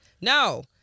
No